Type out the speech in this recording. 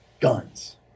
guns